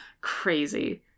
crazy